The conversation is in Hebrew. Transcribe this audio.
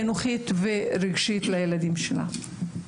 חינוכית ורגשית לילדים שלנו.